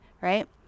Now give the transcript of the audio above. right